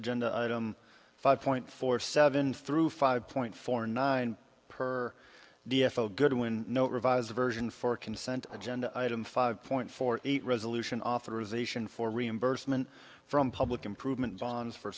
agenda item five point four seven through five point four nine per d f l goodwin no revised version four consent agenda item five point four eight resolution authorization for reimbursement from public improvement bonds for